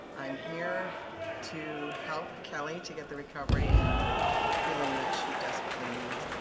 i'm here to help kelly to get the recovery and the healing that she desperately needs.